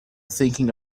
thinking